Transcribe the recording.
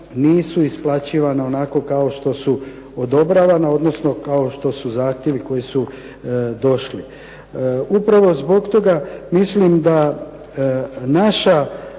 nisu isplaćivana onako kao što su odobravana, odnosno kao što su zahtjevi koji su došli. Upravo zbog toga mislim da naša,